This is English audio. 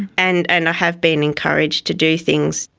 and and i have been encouraged to do things,